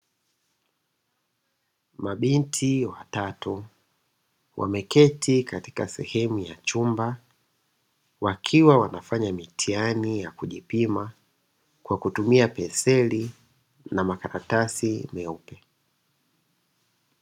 Mabinti watatu wameketi katika sehemu ya chumba, wakiwa wanafanya mitihani ya kujipima kwa kutumia penseli na makaratasi meupe.